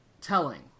telling